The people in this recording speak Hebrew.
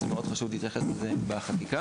זה מאוד חשוב להתייחס לזה בחקיקה.